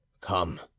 Come